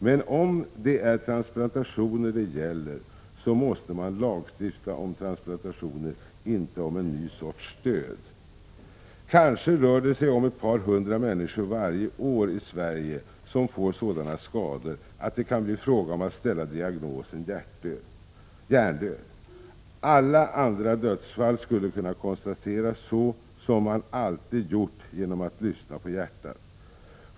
Men om det är transplantationer det gäller, så måste man lagstifta om transplantationer, inte om en ny sorts död. Kanske rör det sig om ett par hundra människor varje år i Sverige som får sådana skador att det kan bli fråga om att ställa diagnosen hjärndöd. Alla andra dödsfall skulle kunna konstateras så som man alltid gjort, genom att lyssna på hjärtat.